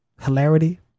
hilarity